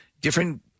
different